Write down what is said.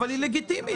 היא לגיטימית.